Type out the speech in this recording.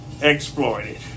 Exploited